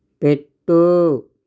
పెట్టు